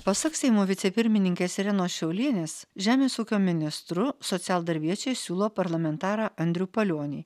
pasak seimo vicepirmininkės irenos šiaulienės žemės ūkio ministru socialdarbiečiai siūlo parlamentarą andrių palionį